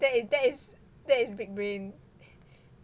that is that is that is big brain